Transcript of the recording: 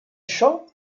chants